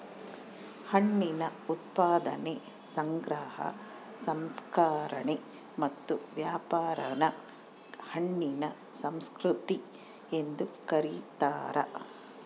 ಹಣ್ಣಿನ ಉತ್ಪಾದನೆ ಸಂಗ್ರಹ ಸಂಸ್ಕರಣೆ ಮತ್ತು ವ್ಯಾಪಾರಾನ ಹಣ್ಣಿನ ಸಂಸ್ಕೃತಿ ಎಂದು ಕರೀತಾರ